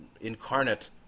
incarnate